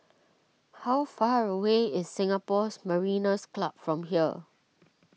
how far away is Singapores Mariners' Club from here